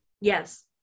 Yes